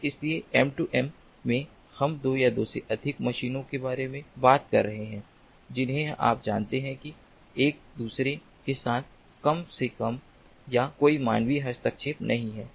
और इसलिए M2M में हम दो या दो से अधिक मशीनों के बारे में बात कर रहे हैं जिन्हें आप जानते हैं कि एक दूसरे के साथ कम से कम या कोई मानवीय हस्तक्षेप नहीं है